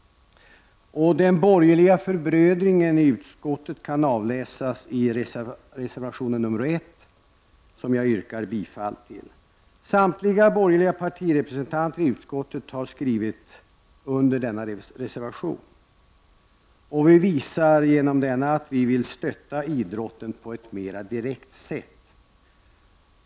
Den borgerliga förbrödringen i utskottet kan avläsas i reservation nr 1, som jag härmed yrkar bifall till. Representanter för samtliga borgerliga partier i utskottet har skrivit under denna reservation. Vi visar genom denna att vi vill stötta idrotten på ett mera direkt sätt.